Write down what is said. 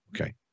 okay